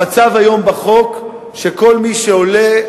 המצב היום בחוק הוא שכל מי שעולה,